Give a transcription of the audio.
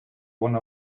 one